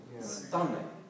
stunning